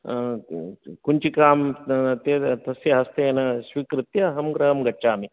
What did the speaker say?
कुञ्चिकां तस्य हस्तेन स्वीकृत्य अहं गृहं गच्छामि